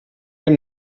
dem